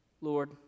Lord